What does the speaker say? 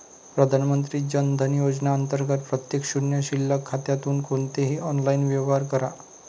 प्रधानमंत्री जन धन योजना अंतर्गत प्रत्येक शून्य शिल्लक खात्यातून कोणतेही ऑनलाइन व्यवहार करा